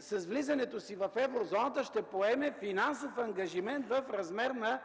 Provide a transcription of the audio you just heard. с влизането си в Еврозоната ще поеме финансов ангажимент в размер на